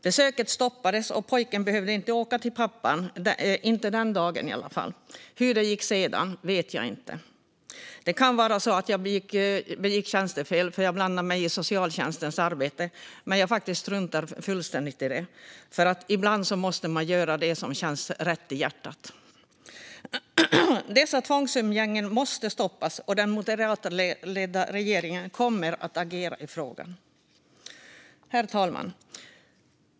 Det stoppades, och pojken behövde inte åka till pappan - i alla fall inte den dagen. Hur det gick sedan vet jag inte. Det kan vara så att jag begick tjänstefel, för jag blandade mig i socialtjänstens arbete. Men jag struntar faktiskt fullständigt i det, för ibland måste man göra det som känns rätt i hjärtat. Dessa tvångsumgängen måste stoppas, och den moderatledda regeringen kommer att agera i frågan. Herr talman!